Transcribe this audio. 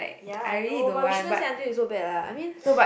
ya I know but we shouldn't say until it so bad lah I mean